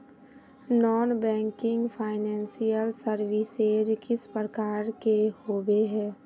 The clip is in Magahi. नॉन बैंकिंग फाइनेंशियल सर्विसेज किस प्रकार के होबे है?